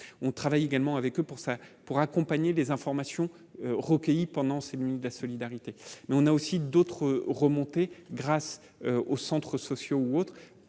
on travaille également avec eux pour ça, pour accompagner les informations recueillies pendant ces l'une, de la solidarité, mais on a aussi d'autres remontée grâce aux centres sociaux ou autres,